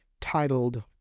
titled